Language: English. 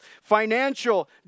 financial